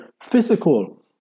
physical